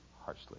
harshly